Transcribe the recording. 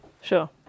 Sure